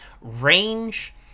range